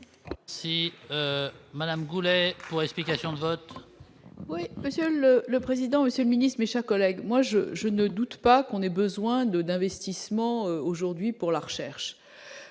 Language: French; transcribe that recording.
Si Madame Goulet pour explication de vote. Oui, Monsieur le le président et ses Ministre, mes chers collègues, moi je, je ne doute pas qu'on ait besoin de d'investissement. Bon, aujourd'hui, pour la recherche,